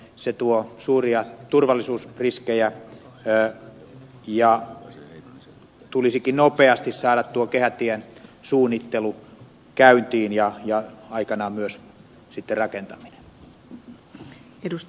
se tuo suuria turvallisuusriskejä ja tulisikin nopeasti saada tuo kehätien suunnittelu käyntiin ja aikanaan myös rakentaminen